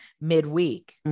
midweek